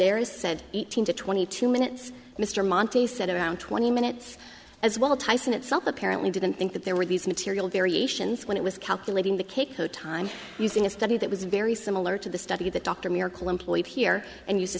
there is said eighteen to twenty two minutes mr monti said around twenty minutes as well tyson itself apparently didn't think that there were these material variations when it was calculating the cake time using a study that was very similar to the study that dr miracle employed here and use